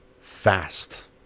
fast